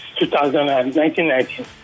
2019